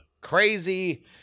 crazy